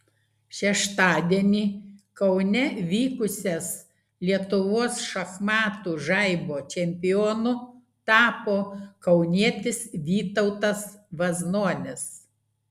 šeštadienį kaune vykusias lietuvos šachmatų žaibo čempionu tapo kaunietis vytautas vaznonis